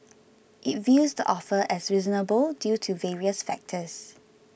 it views the offer as reasonable due to various factors